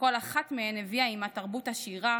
שכל אחת מהן הביאה עימה תרבות עשירה,